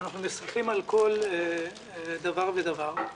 אנחנו משיחים על כל דבר ודבר.